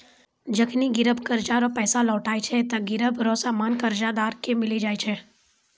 जखनि गिरब कर्जा रो पैसा लौटाय छै ते गिरब रो सामान कर्जदार के मिली जाय छै